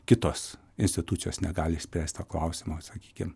kitos institucijos negali išspręst to klausimo sakykim